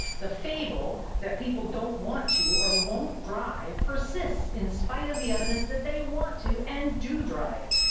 the fable that people don't want to or won't drive persists in spite of the evidence that they want to and do drive.